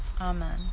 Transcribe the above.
Amen